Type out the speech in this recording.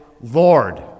lord